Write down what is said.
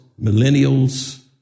millennials